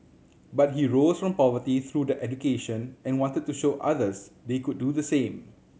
but he rose from poverty through the education and wanted to show others they could do the same